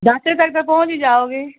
ਦਸ ਕੁ ਤੱਕ ਤਾਂ ਪਹੁੰਚ ਹੀ ਜਾਓਗੇ